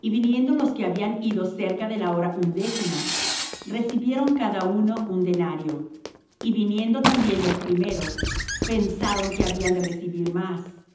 y viniendo los que habían ido cerca de la hora undécima recibieron cada uno un denario y viniendo también los primeros pensaron que habían de recibir más